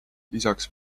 lisaks